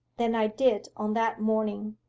than i did on that morning.